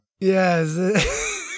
Yes